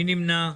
מי נמנע?